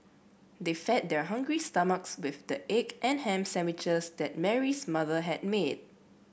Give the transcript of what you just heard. they fed their hungry stomachs with the egg and ham sandwiches that Mary's mother had made